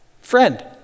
Friend